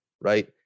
right